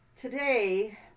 Today